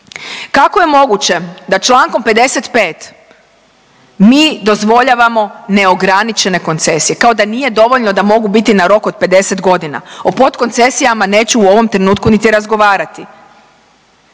Kako je moguće da čl. 55. mi dozvoljavamo neograničene koncesije kao da nije dovoljno da mogu biti na rok od 50 godina, od potkoncesijama neću u ovome trenutku niti razgovarati.